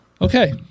Okay